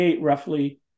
roughly